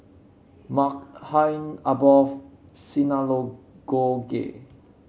Maghain Aboth Synagogue